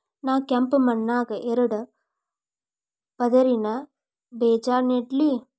ನಾ ಕೆಂಪ್ ಮಣ್ಣಾಗ ಎರಡು ಪದರಿನ ಬೇಜಾ ನೆಡ್ಲಿ?